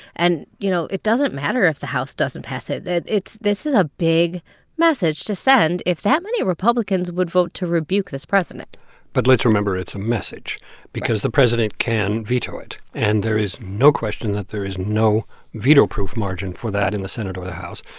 and, you know, it doesn't matter if the house doesn't pass it it's this is a big message to send, if that many republicans would vote to rebuke this president but let's remember it's a message right because the president can veto it. and there is no question that there is no veto-proof margin for that in the senate or the house.